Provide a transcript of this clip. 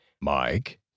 Mike